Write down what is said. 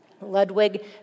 Ludwig